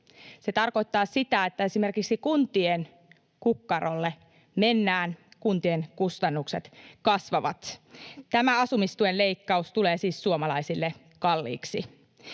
Se tarkoittaa sitä, että esimerkiksi kuntien kukkarolle mennään, kuntien kustannukset kasvavat. Tämä asumistuen leikkaus tulee siis suomalaisille kalliiksi.